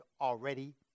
already